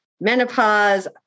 menopause